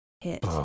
hit